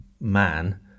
man